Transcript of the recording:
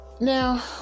Now